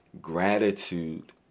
Gratitude